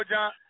John